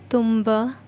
ತುಂಬ